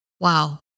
wow